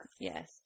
yes